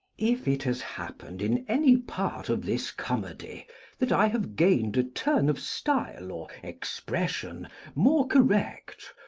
if it has happened in any part of this comedy that i have gained a turn of style or expression more correct,